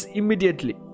immediately